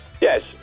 Yes